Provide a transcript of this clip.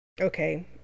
okay